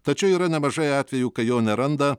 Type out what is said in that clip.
tačiau yra nemažai atvejų kai jo neranda